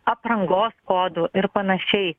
aprangos kodų ir panašiai